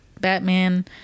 Batman